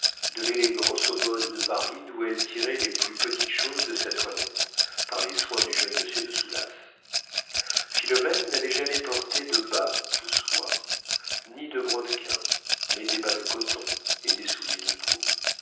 de l'élégance aux modes de paris d'où elle tirait les plus petites choses de sa toilette par les soins du jeune monsieur de soulas philomène n'avait jamais porté de bas de soie ni de brodequins mais des bas de coton et des souliers de peau